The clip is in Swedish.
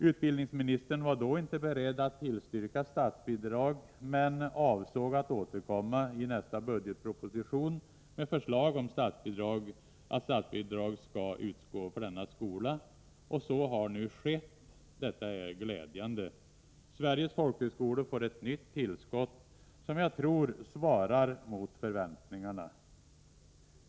Utbildningsministern var då inte beredd att tillstyrka statsbidrag, men avsåg att återkomma i budgetpropositionen därpå med förslag om att statsbidrag skulle utgå för denna skola. Så har nu skett, och detta är glädjande. Sveriges folkhögskolor får ett nytt tillskott, som jag tror svarar mot förväntningarna.